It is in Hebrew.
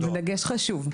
זה דגש חשוב.